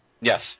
Yes